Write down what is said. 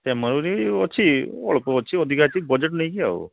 ସେ ମେମୋରୀ ଅଛି ଅଳ୍ପ ଅଛି ଅଧିକା ଅଛି ବଜେଟ୍ ନେଇକି ଆଉ